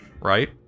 right